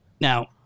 Now